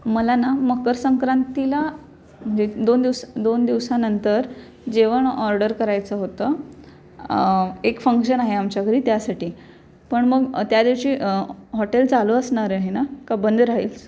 मला ना मकरसंक्रांतीला म्हणजे दोन दिवस दोन दिवसानंतर जेवण ऑर्डर करायचं होतं एक फंक्शन आहे आमच्या घरी त्यासाठी पण मग त्यादिवशी हॉटेल चालू असणार आहे ना का बंद राहील